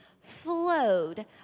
flowed